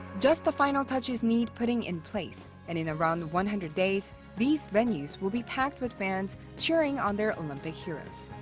just the final touches need putting in place. and in around one hundred days, these venues will be packed with fans cheering on their olympic heroes.